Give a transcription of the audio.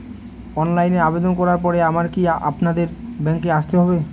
অনলাইনে আবেদন করার পরে আবার কি আপনাদের ব্যাঙ্কে আসতে হবে?